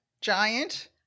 Giant